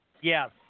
Yes